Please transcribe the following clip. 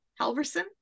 halverson